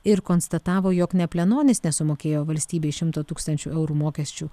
ir konstatavo jog ne plenonis nesumokėjo valstybei šimto tūkstančių eurų mokesčių